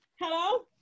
hello